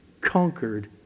conquered